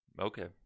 okay